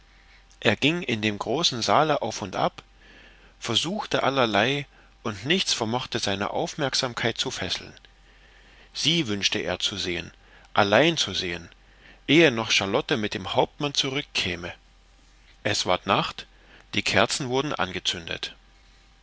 er ging in dem großen saale auf und ab versuchte allerlei und nichts vermochte seine aufmerksamkeit zu fesseln sie wünschte er zu sehen allein zu sehen ehe noch charlotte mit dem hauptmann zurückkäme es ward nacht die kerzen wurden angezündet